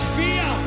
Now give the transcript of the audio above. fear